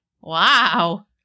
Wow